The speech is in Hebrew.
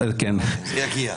--- עוד שנייה היא תגיע.